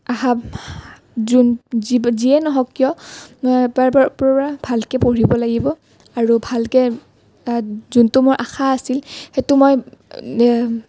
আহা যি যিয়েই নহওক কিয় পূৰা ভালকৈ পঢ়িব লাগিব আৰু ভালকৈ যিটো মোৰ আশা আছিল সেইটো মই